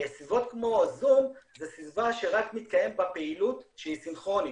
סביבות כמו הזום זו סביבה שרק מתקיימת בה פעילות שהיא סינכרונית,